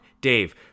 Dave